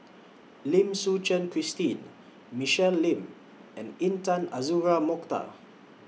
Lim Suchen Christine Michelle Lim and Intan Azura Mokhtar